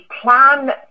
plan